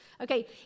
Okay